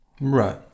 Right